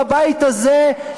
בבית הזה,